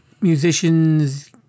musicians